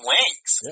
Wings